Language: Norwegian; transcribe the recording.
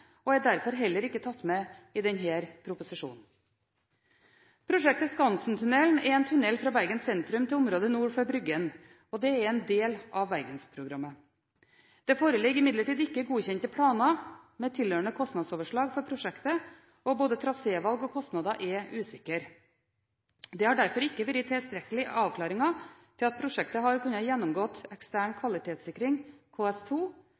og Hordaland fylkeskommune og er derfor heller ikke tatt med i denne proposisjonen. Prosjektet Skansentunnelen er en tunnel fra Bergen sentrum til området nord for Bryggen, og det er en del av Bergensprogrammet. Det foreligger imidlertid ikke godkjente planer med tilhørende kostnadsoverslag for prosjektet, og både trasévalg og kostnader er usikre. Det har derfor ikke vært tilstrekkelige avklaringer til at prosjektet har kunnet gjennomgå ekstern